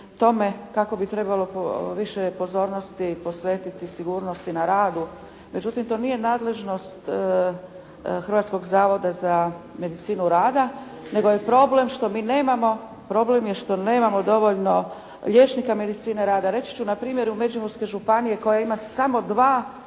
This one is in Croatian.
kako bi trebalo više pozornosti posvetiti sigurnosti na radu. Međutim to nije nadležnost Hrvatskog zavoda za medicinu rada, nego je problem što mi nemamo, problem je što nemamo dovoljno liječnika medicine rad. Reći ću npr. u Međimurskoj županiji koja ima samo 2